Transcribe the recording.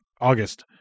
August